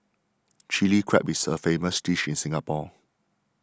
Chilli Crab is a famous dish in Singapore